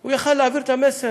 הוא יכול היה להעביר את המסר